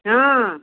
ହଁ